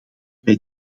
wij